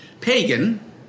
pagan